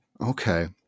Okay